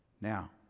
Now